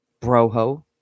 Broho